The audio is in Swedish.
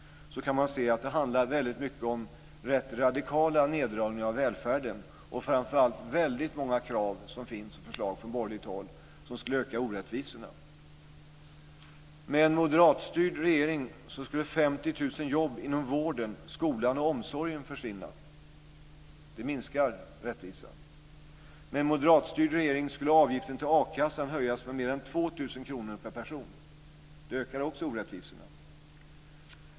Man kan se att det väldigt mycket handlar om rätt radikala neddragningar av välfärden. Framför allt finns väldigt många krav och förslag från borgerligt håll som skulle öka orättvisorna. Med en moderatstyrd regering skulle 50 000 jobb inom vården, skolan och omsorgen försvinna. Det minskar rättvisan. Med en moderatstyrd regering skulle avgiften till a-kassan höjas med mer än 2 000 kr per person. Det ökar också orättvisorna.